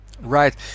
Right